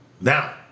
Now